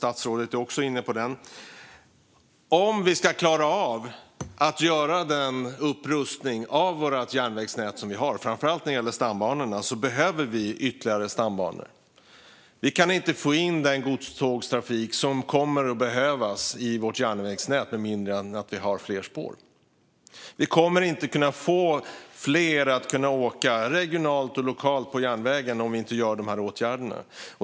Statsrådet är också inne på det. Om vi ska klara av att göra den upprustning av det järnvägsnät som vi har, framför allt när det gäller stambanorna, behöver vi ytterligare stambanor. Vi kan inte få in den godstågstrafik som kommer att behövas i vårt järnvägsnät med mindre än att vi har fler spår. Vi kommer inte att kunna få fler att åka regionalt och lokalt på järnvägen om vi inte vidtar dessa åtgärder.